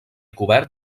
cobert